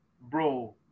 bro